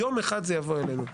יום אחד זה יבוא אלינו.